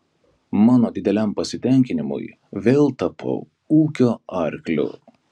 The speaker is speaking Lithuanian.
mano dideliam pasitenkinimui vėl tapau ūkio arkliu